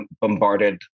bombarded